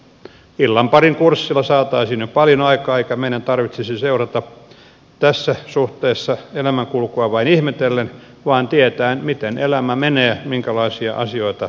illan parin kurssilla saataisiin jo paljon aikaan eikä meidän tarvitsisi seurata tässä suhteessa elämänkulkua vain ihmetellen vaan tietäen miten elämä menee minkälaisia asioita eteen tulee